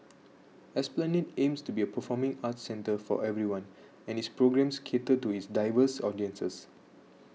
esplanade aims to be a performing arts centre for everyone and its programmes cater to its diverse audiences